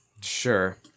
Sure